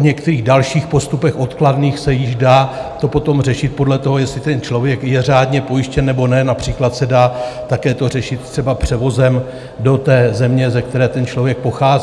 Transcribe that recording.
některé další postupy odkladné se již dají potom řešit podle toho, jestli ten člověk je řádně pojištěn, nebo ne, například se to dá také řešit třeba převozem do té země, ze které ten člověk pochází.